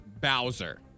Bowser